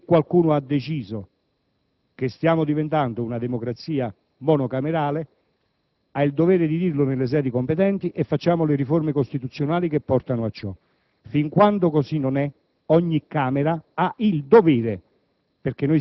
Se qualcuno ha deciso che stiamo diventando una democrazia monocamerale, ha il dovere di dirlo nelle sedi competenti, in modo da poter realizzare le riforme costituzionali che portano a ciò. Fin quando così non sarà, ogni Camera ha il dovere,